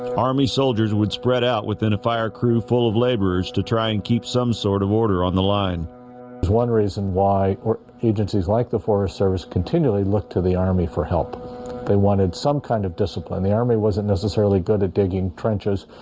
army soldiers would spread out within a fire crew full of laborers to try and keep some sort of order on the line there's one reason why agencies like the forest service continually looked to the army for help they wanted some kind of discipline the army wasn't necessarily good at digging trenches